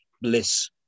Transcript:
Bliss